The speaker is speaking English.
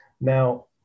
Now